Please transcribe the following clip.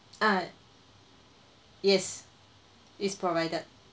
uh yes it's provided